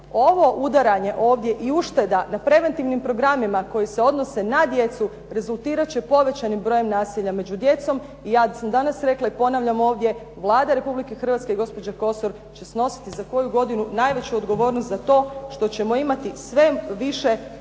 Ovo udaranje ovdje i ušteda na preventivnim programima koji se odnose na djecu rezultirat će povećanim brojem nasilja među djecom i ja sam danas rekla i ponavljam ovdje Vlada Republike Hrvatske i gospođa Kosor će snositi za koju godinu najveću odgovornost za to što ćemo imati sve više